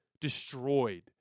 destroyed